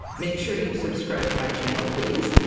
make sure you've subscribed to my channel please,